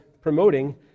promoting